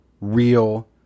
real